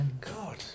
God